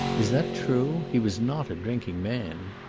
is that true? he was not a drinking man.